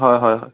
হয় হয় হয়